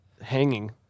hanging